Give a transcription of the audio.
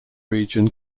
region